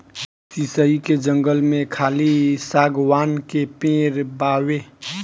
शीशइ के जंगल में खाली शागवान के पेड़ बावे